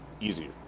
easier